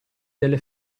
delle